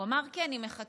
הוא אמר לה: כי אני מחכה